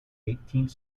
eighteenth